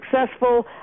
successful